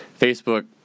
Facebook—